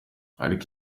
ariko